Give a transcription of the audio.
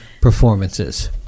performances